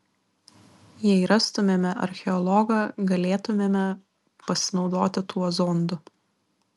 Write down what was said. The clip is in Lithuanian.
jei rastumėme archeologą galėtumėme pasinaudoti tuo zondu